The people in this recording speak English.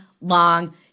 long